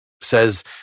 says